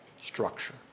structure